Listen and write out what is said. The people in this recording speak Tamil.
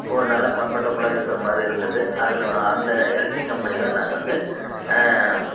ஒரு நல்லா கம்ஃபர்ட்டபுளாக இருக்கிற மாதிரி இருந்தது அதில் அந்த எல்ஜி கம்பெனி தான் நான் வந்து